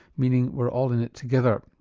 meaning we're all in it together.